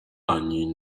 ani